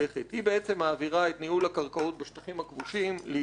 היא בעצם מעבירה את ניהול הקרקעות בשטחים הכבושים לידי